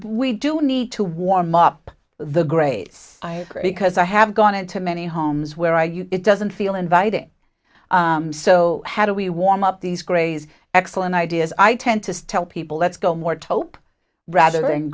we do need to warm up the grays because i have gone into many homes where i you it doesn't feel inviting so how do we warm up these grays excellent ideas i tend to tell people let's go more top rather than